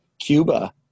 Cuba